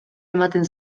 ematen